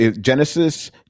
Genesis